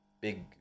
Big